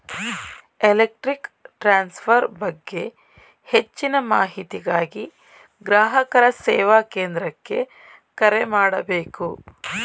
electric transfer ಬಗ್ಗೆ ಹೆಚ್ಚಿನ ಮಾಹಿತಿಗಾಗಿ ಗ್ರಾಹಕರ ಸೇವಾ ಕೇಂದ್ರಕ್ಕೆ ಕರೆ ಮಾಡಬೇಕು